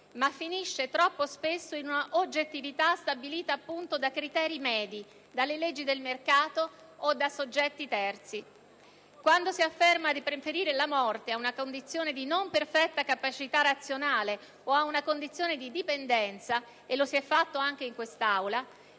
ma finisce troppo spesso in una oggettività stabilita appunto da criteri medi, dalle leggi del mercato o da soggetti terzi. Quando si afferma di preferire la morte a una condizione di non perfetta capacità razionale, o a una condizione di dipendenza - e lo si è fatto anche in quest'Aula